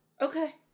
Okay